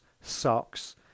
Socks